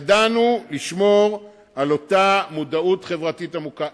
אבל ידענו לשמור על מודעות חברתית עמוקה.